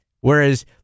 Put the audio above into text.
Whereas